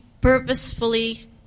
purposefully